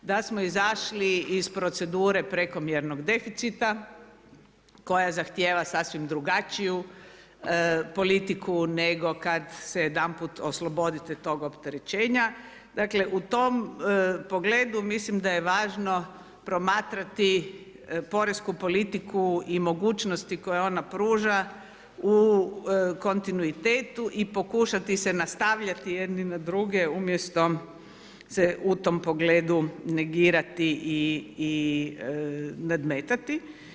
Da smo izašli iz procedure prekomjernog deficita koja zahtjeva sasvim drugačiju politiku nego kad se jedanput oslobodite tog opterećenja, dakle u tom pogledu mislim da je važno promatrati poresku politiku i mogućnosti koje ona pruža u kontinuitetu i pokušati se nastavljati jedni na druge, umjesto se u tom pogledu negirati i nadmetati.